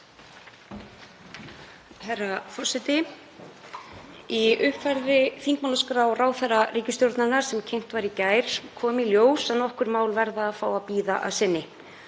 Herra forseti. Í uppfærðri þingmálaskrá ráðherra ríkisstjórnarinnar, sem kynnt var í gær, kom í ljós að nokkur mál verða að fá að bíða að sinni.